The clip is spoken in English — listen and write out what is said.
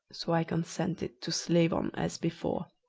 so i consented to slave on as before.